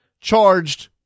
charged